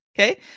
Okay